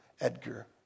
Edgar